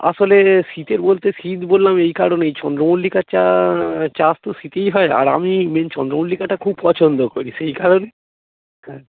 আসলে শীতের বলতে শীত বললাম এই কারণেই চন্দ্রমল্লিকা চা চাষ তো শীতেই হয় আর আমি মেন চন্দ্রমল্লিকাটা খুব পছন্দ করি সেই কারণে হ্যাঁ